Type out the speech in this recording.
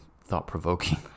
thought-provoking